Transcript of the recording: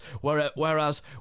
whereas